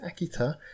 Akita